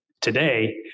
today